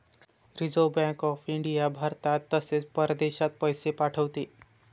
reserve Bank of India भारतात तसेच परदेशात पैसे पाठवते